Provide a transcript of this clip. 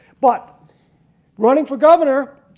but running for governor.